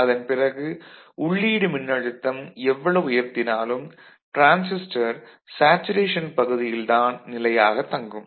அதன்பிறகு உள்ளீடு மின்னழுத்தம் எவ்வளவு உயர்த்தினாலும் டிரான்சிஸ்டர் சேச்சுரேஷன் பகுதியில் தான் நிலையாக தங்கும்